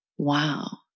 Wow